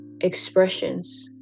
expressions